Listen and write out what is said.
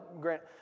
Grant